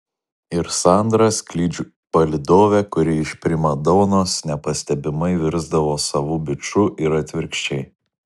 ir sandra skrydžių palydovė kuri iš primadonos nepastebimai virsdavo savu biču ir atvirkščiai